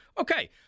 Okay